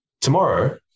tomorrow